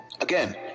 Again